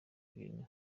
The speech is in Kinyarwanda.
ibintu